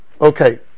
Okay